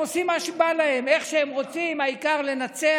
הם עושים מה שבא להם, איך שהם רוצים, העיקר לנצח.